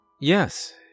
Yes